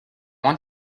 want